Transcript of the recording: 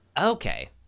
Okay